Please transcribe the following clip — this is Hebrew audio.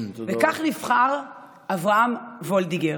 וכך נבחר אברהם וואלדיגער,